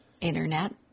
internet